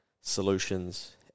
solutions